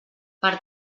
per